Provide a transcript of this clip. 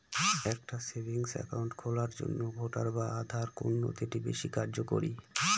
একটা savings account খোলার জন্য ভোটার বা আধার কোন নথিটি বেশী কার্যকরী?